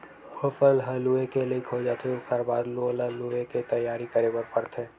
फसल ह लूए के लइक हो जाथे ओखर बाद ओला लुवे के तइयारी करे बर परथे